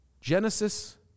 Genesis